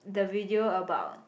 the video about